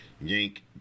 yank